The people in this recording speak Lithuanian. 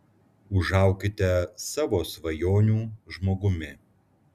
užaukite savo svajonių žmogumi